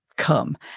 Come